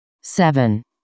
seven